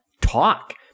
talk